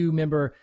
member